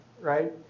right